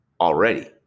already